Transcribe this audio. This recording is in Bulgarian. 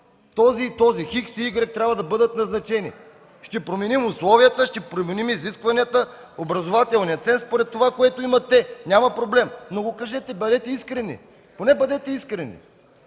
този и този, хикс и игрек трябва да бъдат назначени. Ще променим условията, ще променим изискванията, образователния ценз, според това, което имат те. Няма проблем! Но го кажете, бъдете искрени. Поне бъдете искрени!